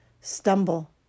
stumble